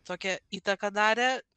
tokią įtaką darė